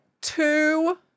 two